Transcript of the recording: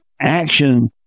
action